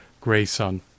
Grayson